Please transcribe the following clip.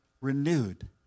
renewed